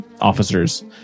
officers